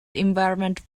environment